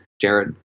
Jared